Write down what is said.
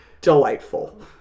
delightful